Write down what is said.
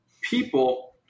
people